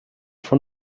von